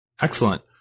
Excellent